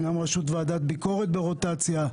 גם ראשות ועדת ביקורת ברוטציה,